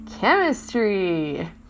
chemistry